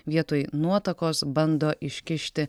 vietoj nuotakos bando iškišti